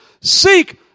seek